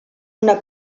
una